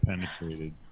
penetrated